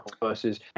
versus